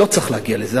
לא צריך להגיע לזה,